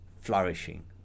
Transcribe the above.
flourishing